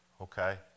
okay